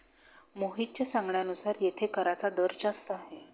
मोहितच्या सांगण्यानुसार येथे कराचा दर जास्त आहे